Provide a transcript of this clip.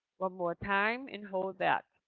one more time and hold that.